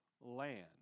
land